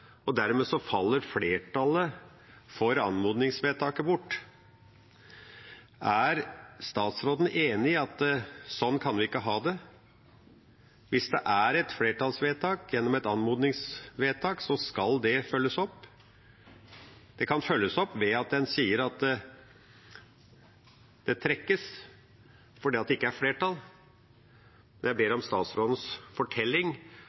og dermed faller flertallet for anmodningsvedtaket bort. Er statsråden enig i at sånn kan vi ikke ha det? Hvis det er et flertallsvedtak gjennom et anmodningsvedtak, skal det følges opp. Det kan følges opp ved at en sier at det trekkes fordi det ikke er flertall. Jeg ber om statsrådens fortelling